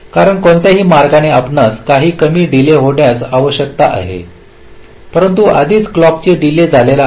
कारण कोणत्याही मार्गाने आपणास काही कमी डीले होण्याची आवश्यकता आहे परंतु आधीच क्लॉक डीले झालेला आहे